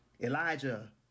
Elijah